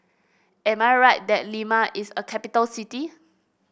am I right that Lima is a capital city